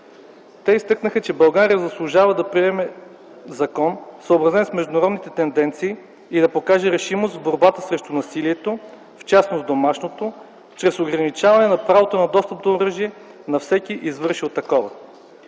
Те изтъкнаха, че България заслужава да приеме закон, съобразен с международните тенденции и да покаже решимост в борбата срещу насилието, в частност, домашното, чрез ограничаване на правото на достъп до оръжие на всеки извършил такова.